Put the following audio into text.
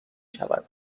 شود